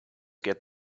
get